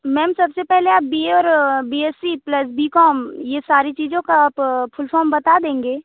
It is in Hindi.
मैम सब से पहले आप बी ए और B S C plus B com ये सारी चीज़ों का आप फुल फॉर्म बता देंगे